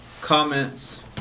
comments